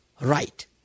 right